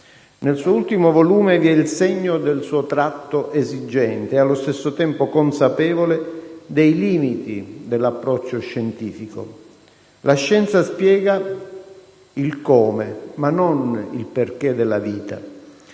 Nel suo ultimo volume vi è il segno del suo tratto esigente e allo stesso tempo consapevole dei limiti dell'approccio scientifico: la scienza spiega il come, ma non il perché della vita.